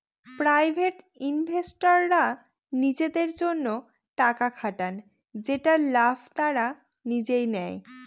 private ইনভেস্টররা নিজেদের জন্য টাকা খাটান যেটার লাভ তারা নিজেই নেয়